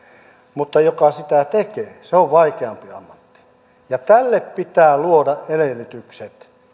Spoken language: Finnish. mutta joka sitä tekee se on vaikeampi ammatti ja tälle pitää luoda edellytykset